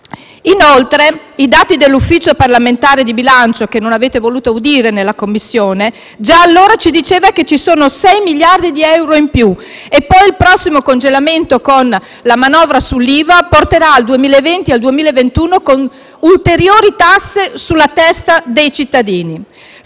Inoltre, i dati dell'Ufficio parlamentare di bilancio, che non avete voluto audire in Commissione, già allora ci dicevano che ci sono sei miliardi di euro in più e che poi il prossimo congelamento con la manovra sull'IVA porterà, nel 2020 e nel 2021, ulteriori tasse sulla testa dei cittadini.